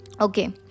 Okay